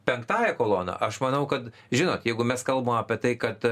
penktąja kolona aš manau kad žinot jeigu mes kalbam apie tai kad